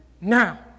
now